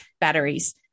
batteries